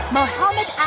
Mohammed